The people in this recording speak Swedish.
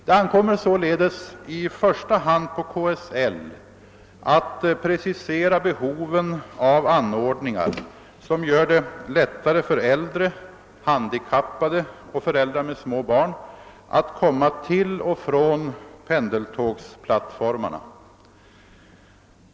Det ankommer således i första hand på KSL att precisera behoven av anordningar som gör det lättare för äldre, handikappade och föräldrar med små barn att komma till och från pendeltågsplattformarna.